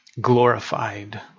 glorified